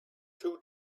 two